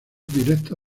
directa